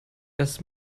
dass